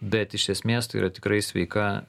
bet iš esmės tai yra tikrai sveika